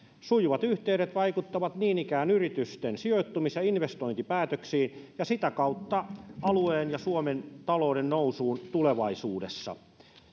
sujuvat yhteydet vaikuttavat niin ikään yritysten sijoittumis ja investointipäätöksiin ja sitä kautta alueen ja suomen talouden nousuun tulevaisuudessa